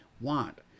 want